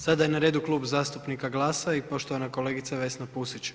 Sada je na redu Klub zastupnika GLAS-a i poštovana kolegica Vesna Pusić.